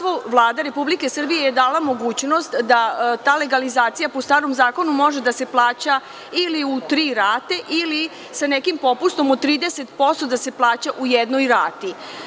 Vlada Republike Srbije je dala mogućnost da ta legalizacija po starom zakonu može da se plaća ili u tri rate ili sa nekim popustom od 30% da se plaća u jednoj rati.